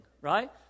right